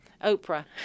Oprah